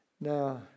Now